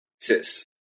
sis